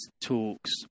talks